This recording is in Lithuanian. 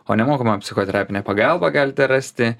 o nemokamą psichoterapinę pagalbą galite rasti